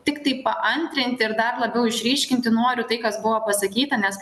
tiktai paantrinti ir dar labiau išryškinti noriu tai kas buvo pasakyta nes